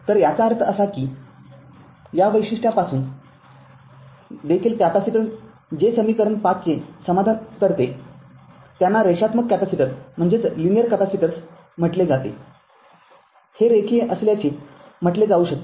तर याचा अर्थ असा की या वैशिष्ट्यापासून देखील कॅपेसिटर जे समीकरण ५ चे समाधान करते त्यांना रेषात्मक कॅपेसिटर म्हटले जाते हे रेखीय असल्याचे म्हटले जाऊ शकते